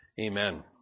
Amen